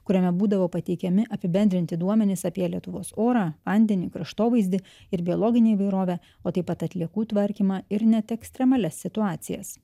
kuriame būdavo pateikiami apibendrinti duomenys apie lietuvos orą vandenį kraštovaizdį ir biologinę įvairovę o taip pat atliekų tvarkymą ir net ekstremalias situacijas